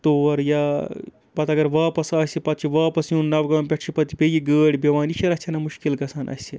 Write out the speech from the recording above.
تور یا پَتہٕ اگر واپَس آسہِ پَتہٕ چھُ واپَس یُن نَوگام پٮ۪ٹھ چھِ پَتہٕ بیٚیہِ یہِ گٲڑۍ بیٚہوان یہِ چھِ رَژھِ ہنا مُشکل گژھان اَسہِ